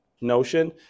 notion